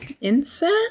incest